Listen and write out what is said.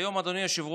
היום, אדוני היושב-ראש,